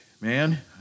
man